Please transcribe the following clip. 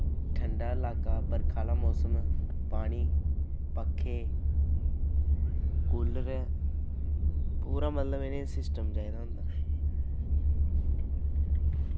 ठंडा लाका बरखा आह्ला मौसम पानी पक्खे कूलर पूरा मतलब इ'नें गी सिस्टम चाहिदा होंदा